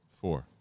four